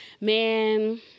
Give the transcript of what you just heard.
man